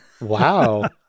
Wow